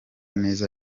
neza